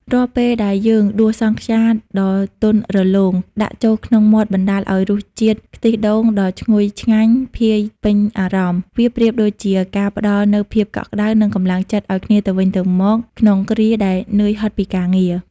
រាល់ពេលដែលយើងដួសសង់ខ្យាដ៏ទន់រលោងដាក់ចូលក្នុងមាត់បណ្ដាលឱ្យរសជាតិខ្ទិះដូងដ៏ឈ្ងុយឆ្ងាញ់ភាយពេញអារម្មណ៍ វាប្រៀបដូចជាការផ្ដល់នូវភាពកក់ក្ដៅ និងកម្លាំងចិត្តឱ្យគ្នាទៅវិញទៅមកក្នុងគ្រាដែលហត់នឿយពីការងារ។